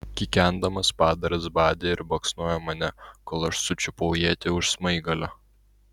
kikendamas padaras badė ir baksnojo mane kol aš sučiupau ietį už smaigalio